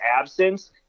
absence